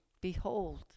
Behold